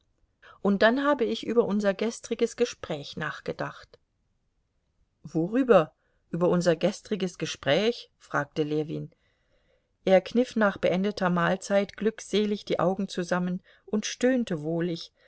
und dann habe ich über unser gestriges gespräch nachgedacht worüber über unser gestriges gespräch fragte ljewin er kniff nach beendeter mahlzeit glückselig die augen zusammen und stöhnte wohlig